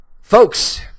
Folks